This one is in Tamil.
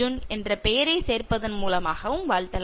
" என்ற பெயரைச் சேர்ப்பதன் மூலமாகவும் வாழ்த்தலாம்